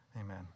Amen